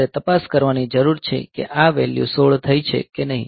મારે તપાસ કરવાની જરૂર છે કે આ વેલ્યુ 60 થઈ છે કે નહીં